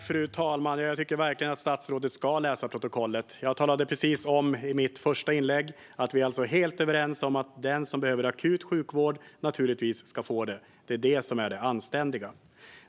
Fru talman! Jag tycker verkligen att statsrådet ska läsa protokollet. Jag talade precis om i mitt första inlägg att vi är helt överens om att den som behöver akut sjukvård naturligtvis ska få det. Det är det som är det anständiga.